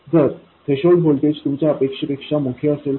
जर threshold voltage तुमच्या अपेक्षेपेक्षा मोठे असेल तर